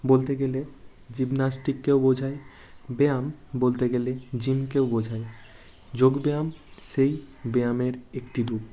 বলতে গেলে জিমন্যাস্টিককেও বোঝায় ব্যায়াম বলতে গেলে জিমকেও বোঝায় যোগব্যায়াম সেই ব্যায়ামের একটি রূপ